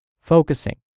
focusing